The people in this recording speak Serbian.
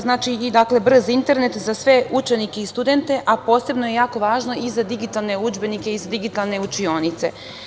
Znači, brz internet za sve učenike i studente, a posebno je jako važno i za digitalne udžbenike i za digitalne učionice.